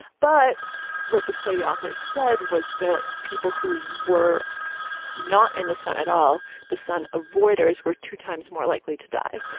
but what the study authors said was that people who were not in the sun at all the sun avoiders were two times more likely likely to die.